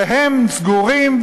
והם סגורים,